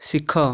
ଶିଖ